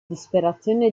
disperazione